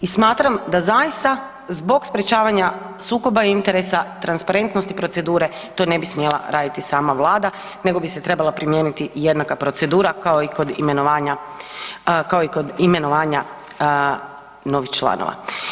I smatram da zaista zbog sprječavanja sukoba interesa i transparentnosti procedure to ne bi smjela raditi sama vlada nego bi se trebala primijeniti jednaka procedura kao i kod imenovanja, kao i kod imenovanja novih članova.